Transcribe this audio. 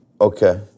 Okay